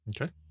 Okay